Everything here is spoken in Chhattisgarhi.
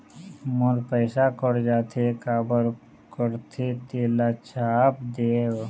मोर पैसा कट जाथे काबर कटथे तेला छाप देव?